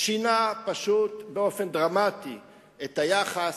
הוא פשוט שינה באופן דרמטי את היחס,